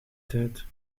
tijd